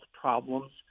problems